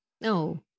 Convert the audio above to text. No